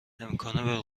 امکان